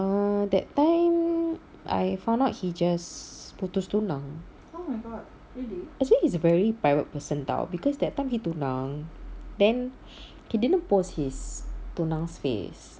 err that time I found out he just putus tunang actually he's a very private person [tau] because that time he tunang then he didn't post his tunang face